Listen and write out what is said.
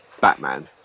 Batman